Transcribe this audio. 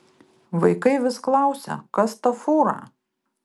vaikai vis klausia kas ta fūra